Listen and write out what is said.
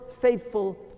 faithful